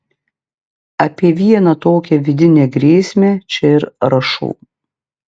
apie vieną tokią vidinę grėsmę čia ir rašau